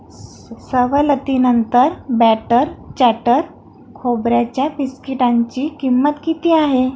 सवलतीनंतर बॅटर चॅटर खोबऱ्याच्या बिस्किटांची किंमत किती आहे